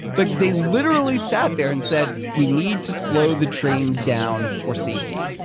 but they literally sat there and said we need to slow the trains down for safety.